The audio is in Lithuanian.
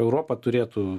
europa turėtų